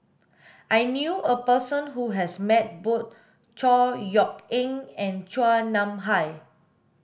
I knew a person who has met both Chor Yeok Eng and Chua Nam Hai